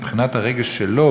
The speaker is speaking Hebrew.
מבחינת הרגש שלו,